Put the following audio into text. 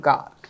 God